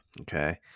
Okay